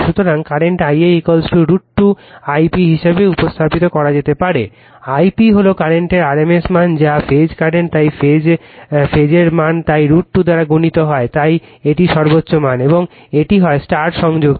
সুতরাং কারেন্টকে Ia √ 2 I p হিসাবেও উপস্থাপিত করা যেতে পারে I p হল কারেন্টের rms মান যা ফেজ কারেন্ট তাই ফেজের মান তাই √ 2 দ্বারা গুণিত হয় তাই এটি সর্বোচ্চ মান এবং এটি হয় স্টার সংযুক্ত